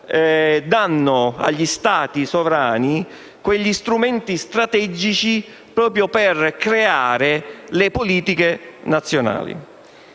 danno agli Stati sovrani gli strumenti strategici necessari a creare le politiche nazionali.